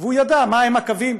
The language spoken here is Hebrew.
והוא ידע מהם הקווים